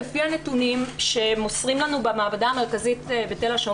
לפי הנתונים שמוסרים לנו במעבדה המרכזית בתל השומר